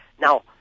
Now